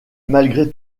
malgré